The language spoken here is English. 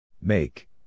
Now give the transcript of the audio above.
Make